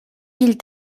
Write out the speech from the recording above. villes